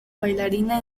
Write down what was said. bailarina